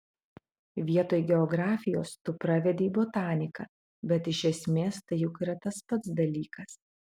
vietoj geografijos tu pravedei botaniką bet iš esmės tai juk yra tas pats dalykas